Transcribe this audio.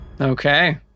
Okay